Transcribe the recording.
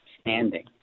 standing